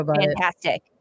fantastic